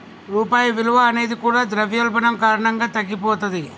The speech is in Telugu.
రూపాయి విలువ అనేది కూడా ద్రవ్యోల్బణం కారణంగా తగ్గిపోతది